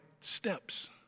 steps